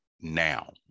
now